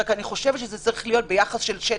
אני רק חושבת שזה צריך להיות ביחס של שטח.